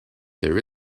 there